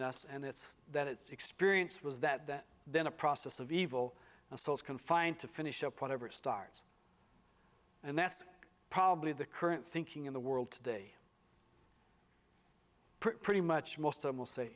ness and it's that it's experience was that that then a process of evil and so is confined to finish up whatever it starts and that's probably the current thinking in the world today pretty much most of them will say